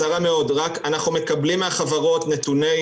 אנחנו מקבלים מהחברות נתוני